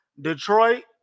Detroit